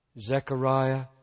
Zechariah